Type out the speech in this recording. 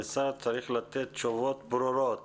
המשרד צריך לתת תשובות ברורות